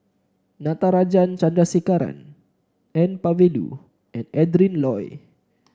Natarajan Chandrasekaran N Palanivelu and Adrin Loi